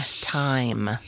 time